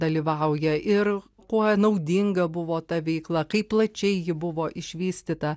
dalyvauja ir kuo naudinga buvo ta veikla kaip plačiai ji buvo išvystyta